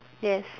yes